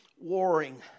warring